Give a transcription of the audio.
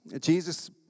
Jesus